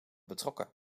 betrokken